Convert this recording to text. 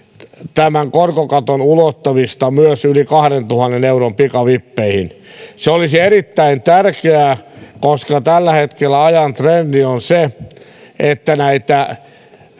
tämän korkokaton ulottamista myös yli kahdentuhannen euron pikavippeihin se olisi erittäin tärkeää koska tällä hetkellä ajan trendi on se että näitä